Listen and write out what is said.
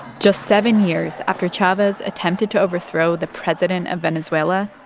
just seven years after chavez attempted to overthrow the president of venezuela,